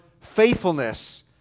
faithfulness